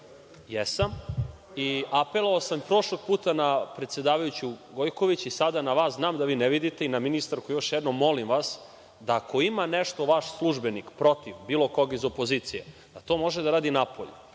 108, i apelovao sam prošlog puta na predsedavajuću Gojković i sada na vas, znam da vi ne vidite, i na ministarku, još jednom, molim vas, da ako ima nešto vaš službenik protiv bilo koga iz opozicije, to može da radi napolju.